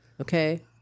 Okay